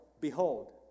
Behold